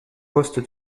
poste